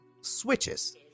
switches